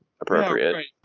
appropriate